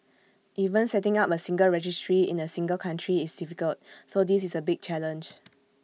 even setting up A single registry in A single country is difficult so this is A big challenge